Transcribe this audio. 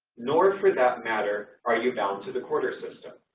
nor for that matter are you bound to the quarter system.